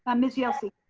ah miss yelsey.